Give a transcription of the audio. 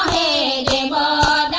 a la